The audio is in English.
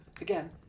again